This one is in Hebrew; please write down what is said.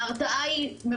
ההרתעה היא,